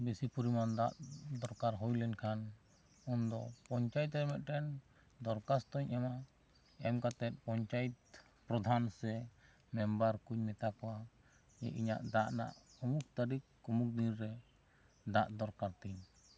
ᱵᱮᱥᱤ ᱯᱩᱨᱤᱢᱟᱱ ᱫᱟᱜ ᱫᱚᱨᱠᱟᱨ ᱦᱩᱭ ᱞᱮᱱ ᱠᱷᱟᱱ ᱩᱱ ᱫᱚ ᱯᱚᱧᱪᱟᱭᱮᱛ ᱨᱮ ᱢᱤᱫᱴᱟᱹᱝ ᱫᱚᱨᱠᱟᱥᱛᱚᱧ ᱮᱢᱟ ᱮᱢ ᱠᱟᱛᱮᱫ ᱯᱚᱧᱪᱟᱭᱤᱛ ᱯᱨᱟᱫᱷᱟᱱ ᱥᱮ ᱢᱮᱢᱵᱟᱨ ᱠᱩᱧ ᱢᱮᱛᱟ ᱠᱚᱣᱟ ᱡᱮ ᱤᱧᱟᱹᱜ ᱫᱟᱜ ᱨᱮᱱᱟᱜ ᱚᱢᱩᱠ ᱛᱟᱹᱨᱤᱠ ᱩᱢᱩᱜ ᱫᱤᱱ ᱨᱮ ᱫᱟᱜ ᱫᱚᱨᱠᱟᱨ ᱛᱤᱧ